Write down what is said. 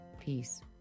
Peace